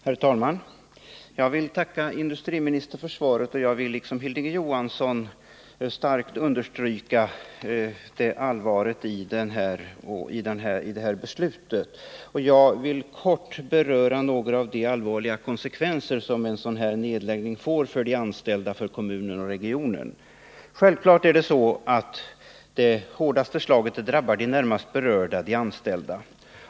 Herr talman! Jag vill tacka industriministern för svaret. Jag vill liksom Hilding Johansson starkt understryka hur allvarligt vi ser på det här beslutet och jag vill kort beröra några av de allvarliga konsekvenser som en sådan här nedläggning får för de anställda, för kommunen och för regionen. Självfallet drabbar det hårdaste slaget de närmast berörda, de anställda.